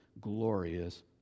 glorious